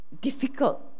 difficult